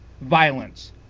violence